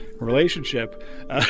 relationship